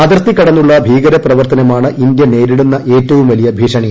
അതിർത്തി കടന്നുള്ള ഭീകരപ്രവർത്തനമാണ് ഇന്തൃ നേരിടുന്ന ഏറ്റവും വലിയ ഭീഷണി